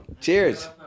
Cheers